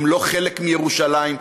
הם לא חלק מירושלים.